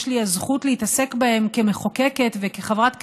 לי הזכות להתעסק בהם כמחוקקת וכחברת כנסת,